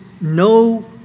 no